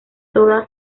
toda